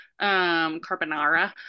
carbonara